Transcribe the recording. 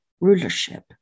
rulership